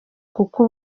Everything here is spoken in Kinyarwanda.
kuko